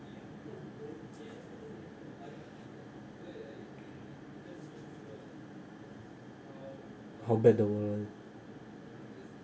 how bad the world